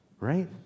Right